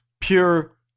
pure